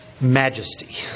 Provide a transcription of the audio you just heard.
majesty